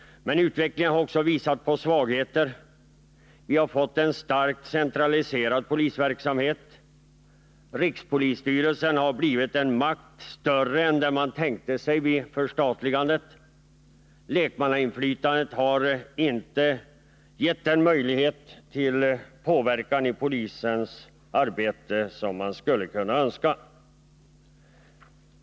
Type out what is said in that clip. Men utvecklingen har också visat på svagheter: Vi har fått en starkt centraliserad polisverksamhet. Rikspolisstyrelsen har blivit en maktfaktor, större än den man tänkte sig vid förstatligandet. Lekmannainflytandet har inte gett den möjlighet till påverkan i polisens arbete som man skulle kunna önska.